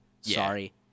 Sorry